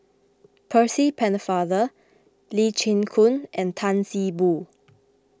Percy Pennefather Lee Chin Koon and Tan See Boo